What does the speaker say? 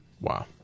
Wow